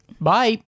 Bye